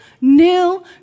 new